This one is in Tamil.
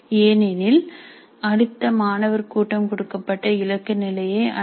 ஏனெனில் அடுத்த மாணவர் கூட்டம் கொடுக்கப்பட்ட இலக்கு நிலையை அடையும்